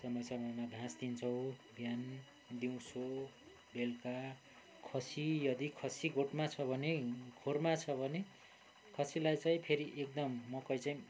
समय समयमा घाँस दिन्छौँ बिहान दिउँसो बेलुका खसी यदि खसी गोठमा छ भने खोरमा छ भने खसीलाई चाहिँ फेरि एकदम मकै चाहिँ